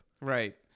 Right